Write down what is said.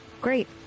Great